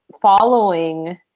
following